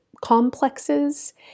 complexes